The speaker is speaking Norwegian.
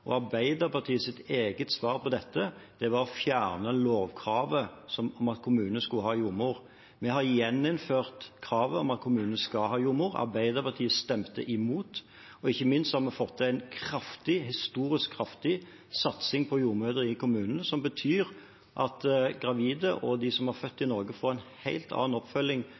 eget svar på dette var å fjerne lovkravet om at kommunene skulle ha jordmor. Vi har gjeninnført kravet om at kommunene skal ha jordmor, Arbeiderpartiet stemte imot. Og ikke minst har vi fått til en historisk kraftig satsing på jordmødre i kommunene, som betyr at gravide og de som har født i Norge, får en helt annen oppfølging